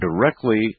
directly